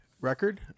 record